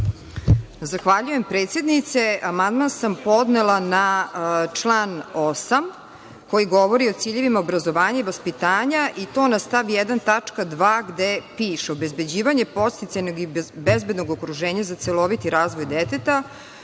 Zahvaljujem predsednice. Amandman sam podnela na član 8. koji govori o ciljevima obrazovanja i vaspitanja i to na stav 1. tačka 2. gde piše – obezbeđivanje podsticajnog i bezbednog okruženja za celoviti razvoj deteta,